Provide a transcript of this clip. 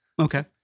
Okay